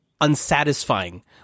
unsatisfying